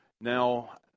now